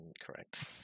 Correct